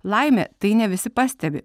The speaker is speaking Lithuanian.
laimė tai ne visi pastebi